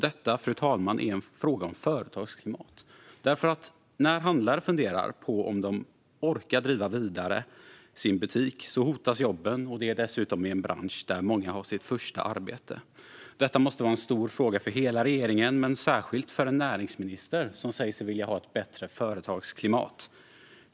Detta, fru talman, är en fråga om företagsklimat för när handlare funderar på om de orkar driva sin butik vidare hotas jobb, dessutom i en bransch där många har sitt första arbete. Detta måste vara en stor fråga för hela regeringen, men särskilt för en näringsminister som säger sig vilja ha ett bättre företagsklimat.